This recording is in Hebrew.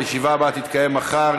הישיבה הבאה תתקיים מחר,